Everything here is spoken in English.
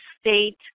state